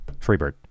Freebird